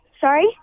Sorry